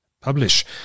publish